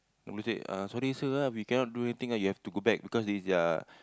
then we said uh sorry sir ah we cannot do anything ah you have go back because it's their